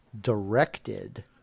directed